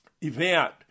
event